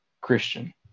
Christian